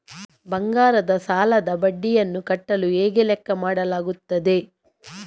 ಬಂಗಾರದ ಸಾಲದ ಬಡ್ಡಿಯನ್ನು ಕಟ್ಟಲು ಹೇಗೆ ಲೆಕ್ಕ ಮಾಡಲಾಗುತ್ತದೆ?